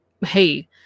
hey